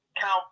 count